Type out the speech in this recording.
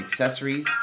accessories